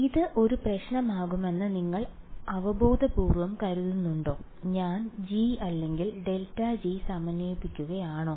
ഇത് ഒരു പ്രശ്നമാകുമെന്ന് നിങ്ങൾ അവബോധപൂർവ്വം കരുതുന്നുണ്ടോ ഞാൻ g അല്ലെങ്കിൽ ∇g സമന്വയിപ്പിക്കുകയാണോ